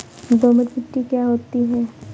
दोमट मिट्टी क्या होती हैं?